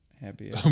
happy